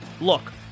Look